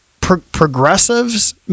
Progressives